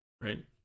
right